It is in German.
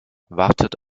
wartet